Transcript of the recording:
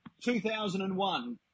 2001